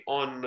on